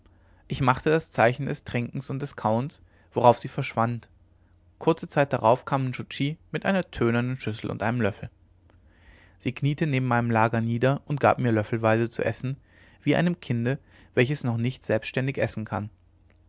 ich machte das zeichen des trinkens und des kauens worauf sie verschwand kurze zeit darauf kam nscho tschi mit einer tönernen schüssel und einem löffel sie kniete neben meinem lager nieder und gab mir löffelweise zu essen wie einem kinde welches noch nicht selbstständig essen kann